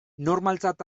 normaltzat